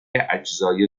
اجزای